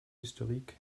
historiques